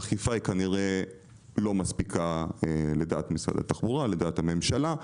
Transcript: האכיפה כנראה לא מספיקה לדעת משרד התחבורה ולדעת הממשלה.